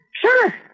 sure